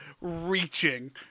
reaching